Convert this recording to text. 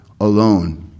Alone